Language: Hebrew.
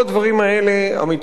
עמיתי חברי הכנסת,